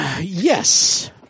Yes